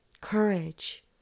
courage